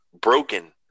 Broken